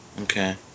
Okay